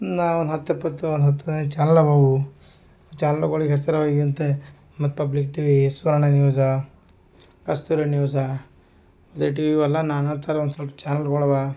ನಾ ಒಂದು ಹತ್ತು ಇಪ್ಪತ್ತು ಒಂದು ಹತ್ತು ಹದಿನೈದು ಚನಾಲ್ ಅವು ಚಾನಲ್ಗಳಿಗೆ ಹೆಸ್ರು ಅಂತೆ ಮತ್ತು public TV Suvarna news Kasturi news ಲೆ ಟಿ ವಿಯು ಅಲ್ಲ ನಾನಾ ಥರ ಒಂದ್ಸೊಲ್ಪ ಚಾನಲ್ಗಳಿವೆ